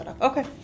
Okay